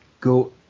go